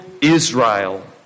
Israel